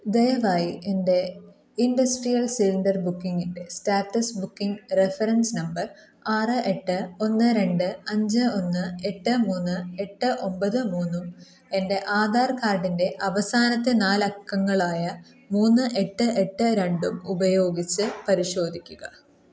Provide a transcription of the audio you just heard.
ദയവായി എൻ്റെ industrial cylinder ബുക്കിംഗിൻ്റെ സ്റ്റാറ്റസ് ബുക്കിംഗ് റഫറൻസ് നമ്പർ ആറ് എട്ട് ഒന്ന് രണ്ട് അഞ്ച് ഒന്ന് എട്ട് മൂന്ന് എട്ട് ഒമ്പത് മൂന്നും എൻ്റെ ആധാർ കാർഡിൻ്റെ അവസാനത്തെ നാല് അക്കങ്ങളായ മൂന്ന് എട്ട് എട്ട് രണ്ടും ഉപയോഗിച്ച് പരിശോധിക്കുക